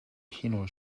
kino